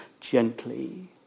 gently